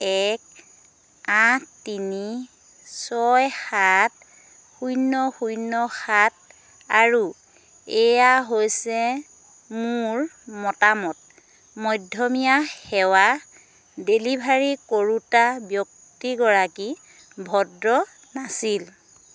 এক আঠ তিনি ছয় সাত শূন্য শূন্য সাত আৰু এয়া হৈছে মোৰ মতামত মধ্যমীয়া সেৱা ডেলিভাৰী কৰোঁতা ব্যক্তিগৰাকী ভদ্ৰ নাছিল